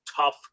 tough